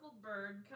bird